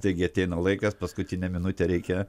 taigi ateina laikas paskutinę minutę reikia